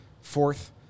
fourth